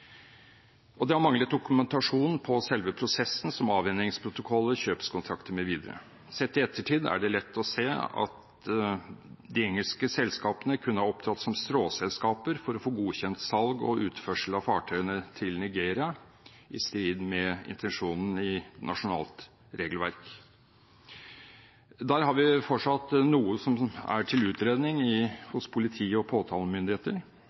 Og det har manglet dokumentasjon på selve prosessen, som avhendingsprotokoller, kjøpskontrakter mv. Sett i ettertid er det lett å se at de engelske selskapene kunne ha opptrådt som stråselskaper for å få godkjent salg og utførsel av fartøyene til Nigeria, i strid med intensjonen i nasjonalt regelverk. Der har vi fortsatt noe som er til utredning hos politi- og påtalemyndigheter,